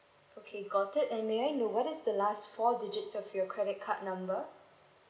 okay got it and may I know what's the last four digits of your credit card number